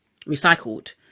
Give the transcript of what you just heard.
recycled